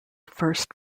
first